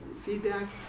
feedback